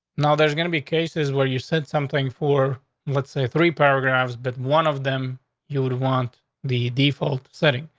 now there's gonna be cases where you said something for what's a three paragraphs. but one of them you would want the default setting.